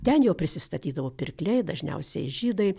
ten jau prisistatydavo pirkliai dažniausiai žydai